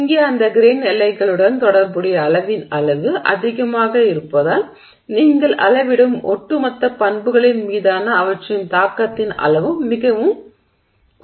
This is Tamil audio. இங்கே அந்த கிரெய்ன் எல்லைகளுடன் தொடர்புடைய அளவின் அளவு அதிகமாக இருப்பதால் நீங்கள் அளவிடும் ஒட்டுமொத்த பண்புகளின் மீதான அவற்றின் தாக்கத்தின் அளவும் மிகவும் குறிப்பிடத்தக்கதாகும்